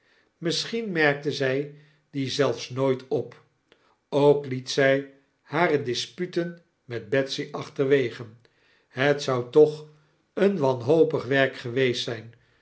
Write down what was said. misschien merkte zij die zelfs nooit op ook liet zy hare disputen met betsy achterwege het zou toch een wanhopig werk geweest zijn